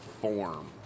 form